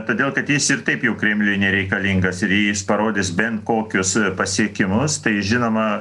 todėl kad jis ir taip jau kremliui nereikalingas ir jei jis parodys bent kokius pasiekimus tai žinoma